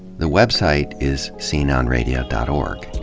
the website is sceneonradio dot org.